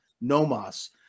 nomos